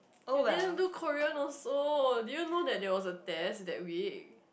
you didn't do Korean also did you know that there was a test that week